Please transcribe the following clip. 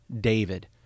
David